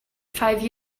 five